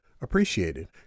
appreciated